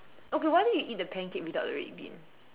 okay why don't you eat the pancake without the red bean